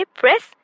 press